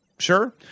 Sure